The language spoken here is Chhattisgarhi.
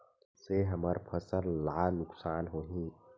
से हमर फसल ला नुकसान होही?